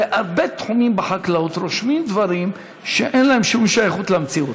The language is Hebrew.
בהרבה תחומים בחקלאות רושמים דברים שאין להם שום שייכות למציאות.